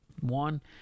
One